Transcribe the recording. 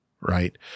right